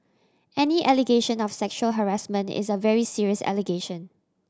any allegation of sexual harassment is a very serious allegation